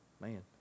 Man